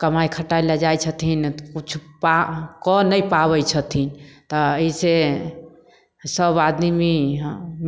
कमाइ खटाइ लए जाइ छथिन किछु कऽ नहि पाबय छथिन तऽ अइसँ सभ आदमी